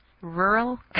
Rural